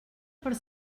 per